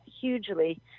hugely